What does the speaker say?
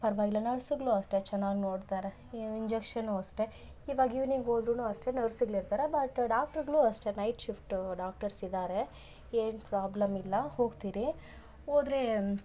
ಪರವಾಗಿಲ್ಲ ನರ್ಸ್ಗಳು ಅಷ್ಟೆ ಚೆನ್ನಾಗ್ ನೋಡ್ತಾರೆ ಇಂಜೆಕ್ಷನೂ ಅಷ್ಟೆ ಇವಾಗ ಇವ್ನಿಂಗ್ ಹೋದ್ರು ಅಷ್ಟೆ ನರ್ಸಗಳಿರ್ತಾರೆ ಬಟ್ ಡಾಕ್ಟ್ರುಗಳು ಅಷ್ಟೆ ನೈಟ್ ಶಿಫ್ಟು ಡಾಕ್ಟರ್ಸ್ ಇದಾರೆ ಏನು ಪ್ರಾಬ್ಲಮ್ ಇಲ್ಲ ಹೋಗ್ತಿರಿ ಹೋದ್ರೆ